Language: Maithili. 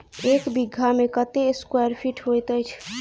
एक बीघा मे कत्ते स्क्वायर फीट होइत अछि?